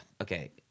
okay